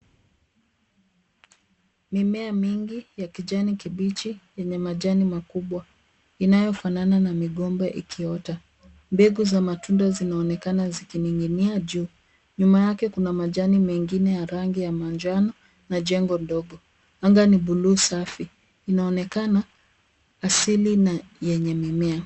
Mimea mingi ya kijani kibichi yenye majani makubwa inayofanana na migomba ikiota. Mbegu za matunda zinaonekana zikining'inia juu. Nyuma yake kuna majani mengine ya rangi ya manjano na jengo ndogo. Anga ni bluu safi. Inaonekana asili na yenye mimea.